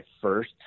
first